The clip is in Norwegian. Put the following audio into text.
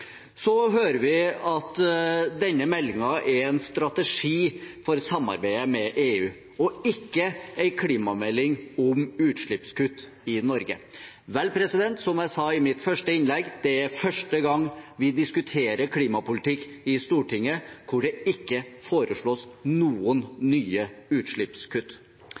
Så hører vi at denne meldingen er en strategi for samarbeidet med EU og ikke en klimamelding om utslippskutt i Norge. Vel, som jeg sa i mitt første innlegg, det er første gang vi diskuterer klimapolitikk i Stortinget hvor det ikke foreslås noen nye utslippskutt.